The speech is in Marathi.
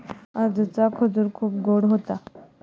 आजचा खजूर खूप गोड होता